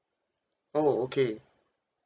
oh okay